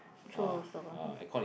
true also ah